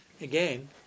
again